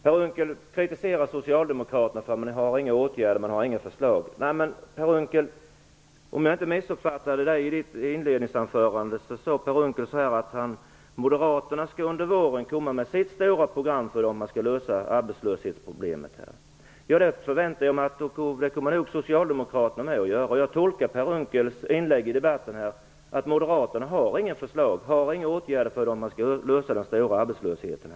Per Unckel kritiserar Socialdemokraterna för att inte ha några förslag till åtgärder. Men om jag inte missuppfattade Per Unckel, sade han i sitt inledningsanförande att Moderaterna under våren skall komma med sitt stora program för hur man skall lösa arbetslöshetsproblemet. Jag förväntar mig att Socialdemokraterna också kommer att göra det. Jag tolkade Per Unckels inlägg i debatten så att Moderaterna inte har några förslag till åtgärder för hur man skall lösa problemet med den stora arbetslösheten.